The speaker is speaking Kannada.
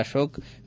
ಅಶೋಕ್ ವಿ